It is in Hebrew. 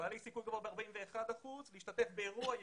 הם בעלי סיכוי גבוה ב-41 אחוזים להשתתף באירוע יהודי.